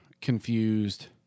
Confused